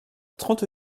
trente